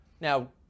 Now